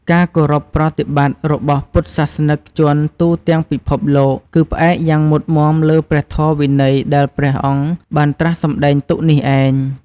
ការគោរពប្រតិបត្តិរបស់ពុទ្ធសាសនិកជនទូទាំងពិភពលោក គឺផ្អែកយ៉ាងមុតមាំលើព្រះធម៌វិន័យដែលព្រះអង្គបានត្រាស់សម្ដែងទុកនេះឯង។